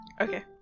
Okay